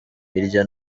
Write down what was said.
hirya